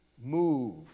move